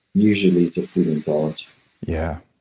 usually it's a food intolerance yeah.